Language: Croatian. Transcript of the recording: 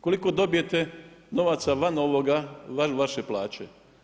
Koliko dobijete novaca van ovoga, van vaše plaće?